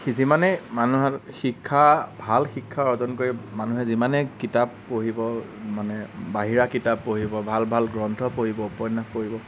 যিমানেই মানুহৰ শিক্ষা ভাল শিক্ষা অৰ্জন কৰি মানুহে যিমানে কিতাপ পঢ়িব মানে বাহিৰা কিতাপ পঢ়িব ভাল ভাল গ্ৰন্থ পঢ়িব উপন্যাস পঢ়িব